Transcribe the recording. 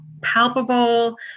palpable